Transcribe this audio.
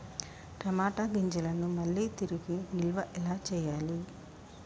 టమాట గింజలను మళ్ళీ తిరిగి నిల్వ ఎలా చేయాలి?